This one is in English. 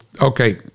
okay